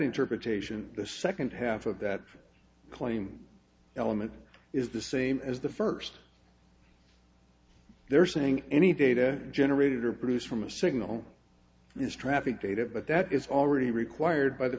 interpretation the second half of that claim element is the same as the first they're saying any data generated or produced from a signal is traffic data but that is already required by the